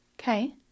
Okay